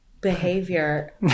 behavior